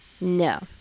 No